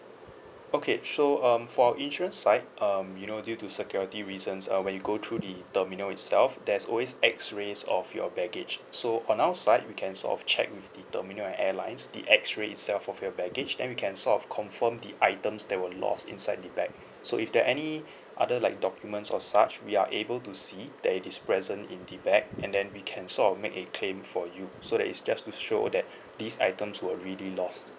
okay so um for insurance side um you know due to security reasons uh when you go through the terminal itself there's always X rays of your baggage so on our side we can sort of check with the terminal airlines the X ray itself of your baggage then we can sort of confirm the items that were lost inside the bag so if there any other like documents or such we are able to see that it is present in the bag and then we can sort of make a claim for you so that it's just to show that these items were really lost